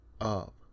up